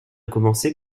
commencer